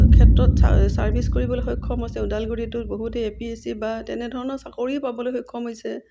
ক্ষেত্ৰত চাৰ্ভিছ কৰিবলৈ সক্ষম হৈছে ওদালগুৰিতো বহুতে এ পি এছ চি বা তেনেধৰণৰ চাকৰি পাবলৈ সক্ষম হৈছে